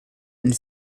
and